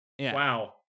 Wow